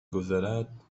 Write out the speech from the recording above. گذرد